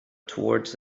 towards